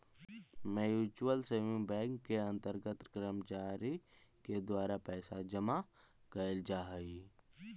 mutual saving bank के अंतर्गत कर्मचारी के द्वारा पैसा जमा कैल जा हइ